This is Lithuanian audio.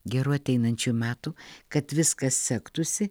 gerų ateinančių metų kad viskas sektųsi